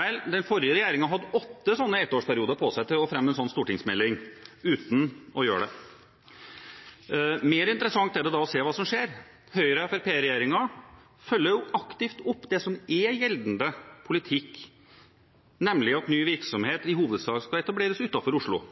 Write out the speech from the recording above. Vel, den forrige regjeringen hadde åtte slike ettårsperioder på seg til å fremme en slik stortingsmelding uten å gjøre det. Mer interessant er det å se hva som skjer. Høyre–Fremskrittsparti-regjeringen følger jo aktivt opp det som er gjeldende politikk, nemlig at ny virksomhet i hovedsak skal etableres utenfor Oslo.